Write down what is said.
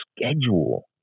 schedule